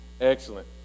Excellent